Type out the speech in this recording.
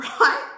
right